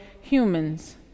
humans